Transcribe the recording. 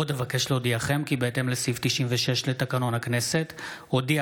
עוד אבקש להודיעכם כי בהתאם לסעיף 96 לתקנון הכנסת הודיע